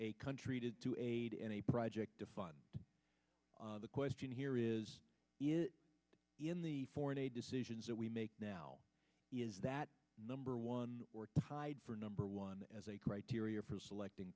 a country to aid in a project to fund the question here is in the foreign aid decisions that we make now is that number one or tied for number one as a criteria for selecting